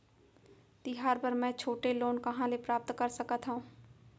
तिहार बर मै छोटे लोन कहाँ ले प्राप्त कर सकत हव?